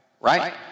Right